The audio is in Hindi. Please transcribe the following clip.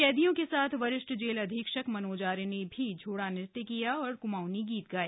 कैदियों के साथ वरिष्ठ जेल अधीक्षक मनोज आर्य ने भी झोड़ा नृत्य किया और क्माऊंनी गीत गाया